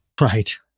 Right